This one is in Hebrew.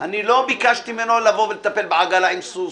לא ביקשתי ממנו לטפל בעגלה עם סוס.